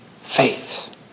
faith